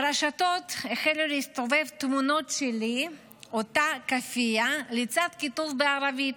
ברשתות החלו להסתובב תמונות שלי עוטה כאפיה לצד כיתוב בערבית.